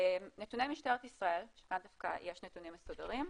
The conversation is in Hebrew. נתוני משטרת ישראל, כאן דווקא יש נתונים מסודרים.